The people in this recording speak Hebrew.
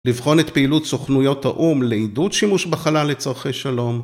‫לבחון את פעילות סוכנויות האו"ם ‫לעידוד שימוש בחלל לצרכי שלום.